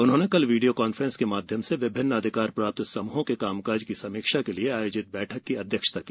उन्होंने कल video conference के माध्यम से विभिन्न अधिकार प्राप्त समूहों के कामकाज की समीक्षा के लिए आयोजित बैठक की अध्यक्षता की